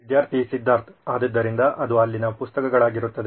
ವಿದ್ಯಾರ್ಥಿ ಸಿದ್ಧಾರ್ಥ್ ಆದ್ದರಿಂದ ಅದು ಅಲ್ಲಿನ ಪುಸ್ತಕಗಳಾಗಿರುತ್ತದೆ